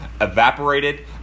evaporated